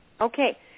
Okay